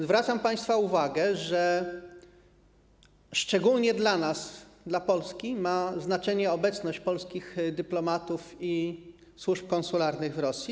Zwracam państwa uwagę na to, że szczególnie dla nas, dla Polski, ma znaczenie obecność polskich dyplomatów i służb konsularnych w Rosji.